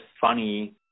funny